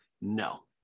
No